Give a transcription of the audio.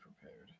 prepared